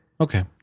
Okay